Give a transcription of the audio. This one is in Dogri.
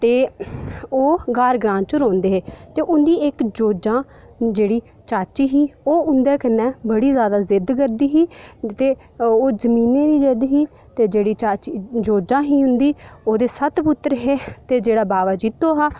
ते ओह् ग्हार ग्रांऽ च रौह्ंदे हे ते उं'दी इक जोजां जेह्ड़ी चाची ही ओह् उं'दे कन्नै बड़ी जादा जिद्द करदी ही ते ओह् जमीनै दी जेह्ड़ी ही ते ओह् जेह्ड़ी चाची जोजां ही इं'दी जेह्ड़ी ओह्दे सत्त पुत्तर हे ते जेह्ड़ा बावा जित्तो हा